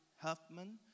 Huffman